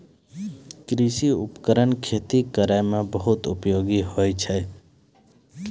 कृषि उपकरण खेती करै म बहुत उपयोगी होय छै